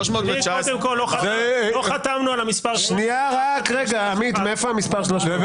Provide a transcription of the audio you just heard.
319. אני קודם כל לא חתמנו על המספר הזה.